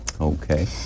Okay